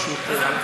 פשוט,